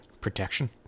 protection